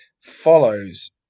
follows